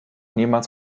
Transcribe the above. niemals